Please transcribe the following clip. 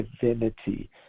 divinity